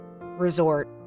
resort